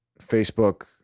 facebook